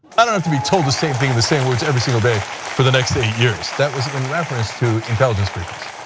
i mean have to be told the same thing in the same words every single day for the next eight years. that was in reference to intelligence briefings.